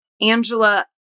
Angela